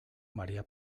maría